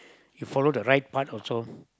you follow the right part also